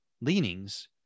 leanings